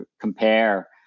compare